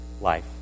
life